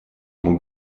ему